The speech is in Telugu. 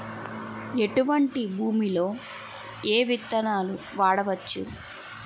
ఎటువంటి భూమిలో ఏ విత్తనాలు వాడవచ్చు?